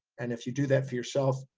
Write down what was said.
and if you do that for yourself,